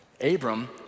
Abram